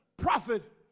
prophet